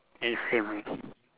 then same lah